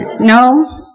no